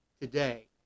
today